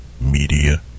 Media